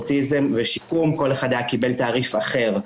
אוטיזם ושיקום כל אחד קיבל תעריף אחר.